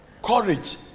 Courage